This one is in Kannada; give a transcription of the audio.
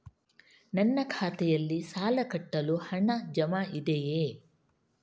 ನನ್ನ ಖಾತೆಯಲ್ಲಿ ಸಾಲ ಕಟ್ಟಲು ಹಣ ಜಮಾ ಇದೆಯೇ?